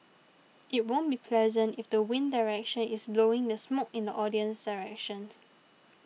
it won't be pleasant if the wind direction is blowing the smoke in the audience's direction